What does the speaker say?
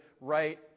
right